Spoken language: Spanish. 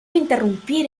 interrumpir